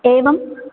एवम्